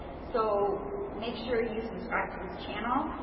so make sure you subscribe to this channel.